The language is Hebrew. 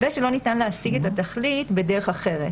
ושלא ניתן להשיג את התכלית בדרך אחרת.